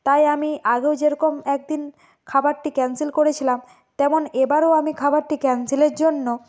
তাই আমি আগেও যেরকম একদিন খাবারটি ক্যান্সেল করেছিলাম তেমন এবারেও আমি খাবারটি ক্যান্সেলের জন্য